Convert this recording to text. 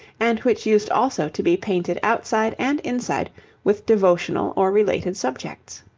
and which used also to be painted outside and inside with devotional or related subjects.